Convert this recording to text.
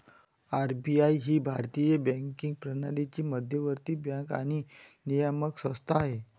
RBI ही भारतीय banking प्रणालीची मध्यवर्ती बँक आणि नियामक संस्था आहे